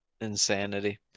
Insanity